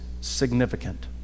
significant